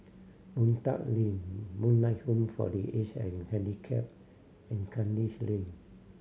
Boon Tat Link Moonlight Home for The Aged and Handicapped and Kandis Lane